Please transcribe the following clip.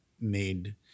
made